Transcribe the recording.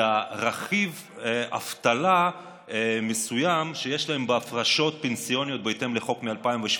זה רכיב אבטלה מסוים שיש להם בהפרשות פנסיוניות בהתאם לחוק מ-2017,